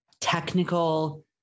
technical